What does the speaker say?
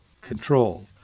control